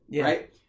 right